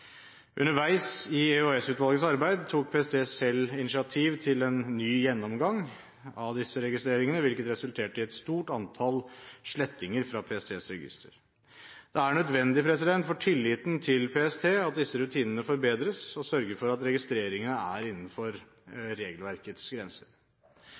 Underveis i EOS-utvalgets arbeid tok PST selv initiativ til en ny gjennomgang av disse registreringene, hvilket resulterte i et stort antall slettinger fra PSTs register. Det er nødvendig for tilliten til PST at disse rutinene forbedres, og at det sørges for at disse registreringene er innenfor